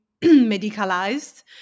medicalized